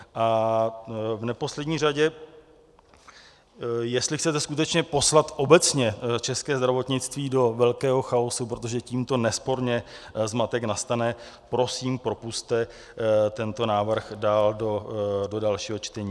A v neposlední řadě, jestli chcete skutečně poslat obecně české zdravotnictví do velkého chaosu, protože tímto nesporně zmatek nastane, prosím, propusťte tento návrh dál do dalšího čtení.